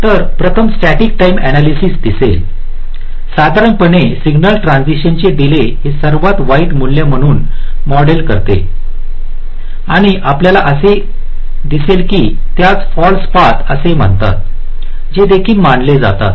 तर प्रथम static time analysis दिसेल साधारणपणे सिग्नल ट्रान्झिशन्सचे डीले हे सर्वात वाईट मूल्ये म्हणून मॉडेल करतो आणि आपल्याला असेही दिसेल की त्यास फाल्स पाथ असे म्हणतात जे देखील मानले जातात